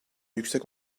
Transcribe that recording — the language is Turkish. yüksek